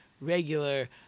regular